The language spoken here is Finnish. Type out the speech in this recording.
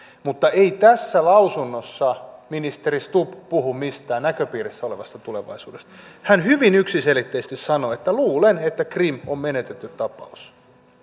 mutta ei tässä lausunnossa ministeri stubb puhu mistään näköpiirissä olevasta tulevaisuudesta hän hyvin yksiselitteisesti sanoi luulen että krim on menetetty tapaus